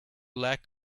lack